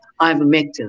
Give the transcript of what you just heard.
ivermectin